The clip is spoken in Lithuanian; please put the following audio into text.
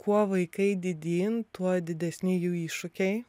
kuo vaikai didyn tuo didesni jų iššūkiai